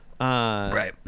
Right